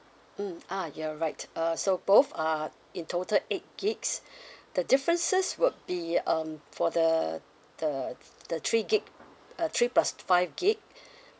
mm ah you're right uh so both are in total eight gigs the differences would be um for the the th~ the three gig uh three plus five gig